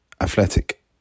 Athletic